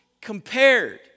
compared